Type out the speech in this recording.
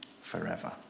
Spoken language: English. forever